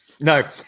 No